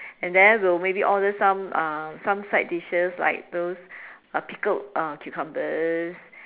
and then we'll maybe order some uh some side dishes like those uh pickled uh cucumbers